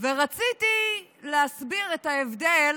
ורציתי להסביר את ההבדל